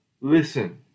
Listen